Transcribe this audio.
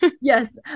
Yes